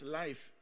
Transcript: life